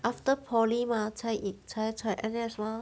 after poly mah 才才 N_S mah